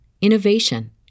innovation